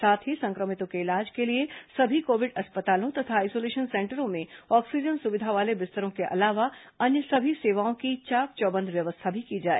साथ ही संक्रमितों के इलाज के लिए सभी कोविड अस्पतालों तथा आइसोलेशन सेंटरों में ऑक्सीजन सुविधा वाले बिस्तरों के अलावा अन्य सभी सेवाओं की चाक चौबंद व्यवस्था भी की जाए